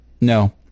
No